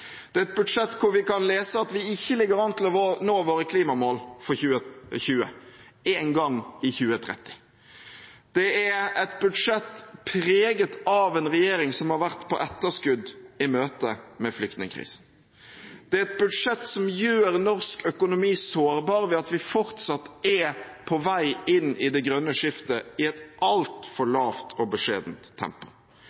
Det er et budsjett der vi kan lese at vi ikke engang ligger an til å nå våre klimamål for 2020 i 2030. Det er et budsjett preget av en regjering som har vært på etterskudd i møte med flyktningkrisen. Det er et budsjett som gjør norsk økonomi sårbar ved at vi fortsatt er på vei inn i det grønne skiftet i et altfor lavt og beskjedent tempo.